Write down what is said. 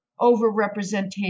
overrepresentation